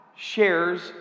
shares